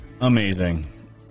amazing